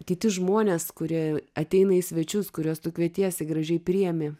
kiti žmonės kurie ateina į svečius kuriuos tu kvietiesi gražiai priemi